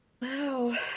Wow